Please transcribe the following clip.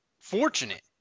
Fortunate